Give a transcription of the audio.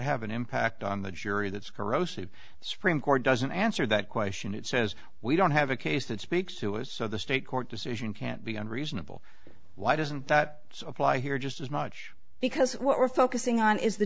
have an impact on the jury that's corrosive the supreme court doesn't answer that question it says we don't have a case that speaks to us so the state court decision can't be unreasonable why doesn't that apply here just as much because what we're focusing on is the